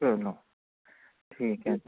ਚਲੋ ਠੀਕ ਹੈ